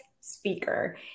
speaker